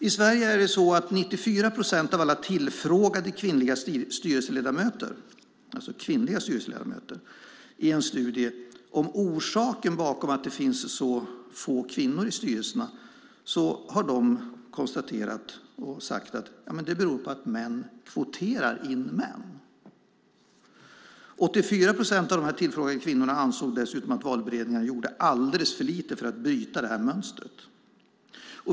I Sverige anser 94 procent av de tillfrågade kvinnliga styrelseledamöterna i en studie att orsaken bakom det låga antalet kvinnor i styrelserna är att männen kvoterar in män. 84 procent av de tillfrågade kvinnorna ansåg dessutom att valberedningarna gjorde alldeles för lite för att bryta det mönstret.